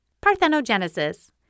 Parthenogenesis